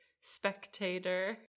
spectator